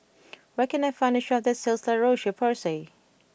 where can I find a shop that sells La Roche Porsay